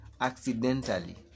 accidentally